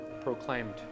proclaimed